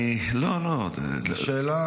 שאלה אמיתית.